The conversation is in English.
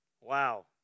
Wow